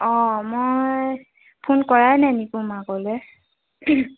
অঁ মই ফোন কৰাই নাই নিকু মাকলৈ